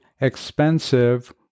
expensive